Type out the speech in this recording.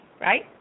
right